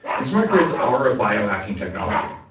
and smart grids are a biohacking technology.